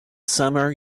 summer